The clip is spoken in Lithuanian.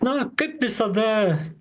na kaip visada